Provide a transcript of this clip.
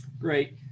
Great